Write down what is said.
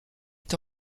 est